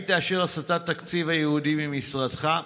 1. האם תאשר הסטת התקציב הייעודי ממשרדך,